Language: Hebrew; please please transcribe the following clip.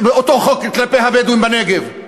אותו חוק, כלפי הבדואים בנגב.